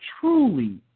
truly